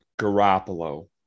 Garoppolo